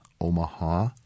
Omaha